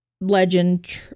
legend